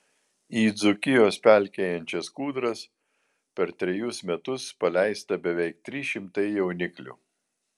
į dzūkijos pelkėjančias kūdras per trejus metus paleista beveik trys šimtai jauniklių